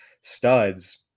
studs